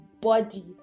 body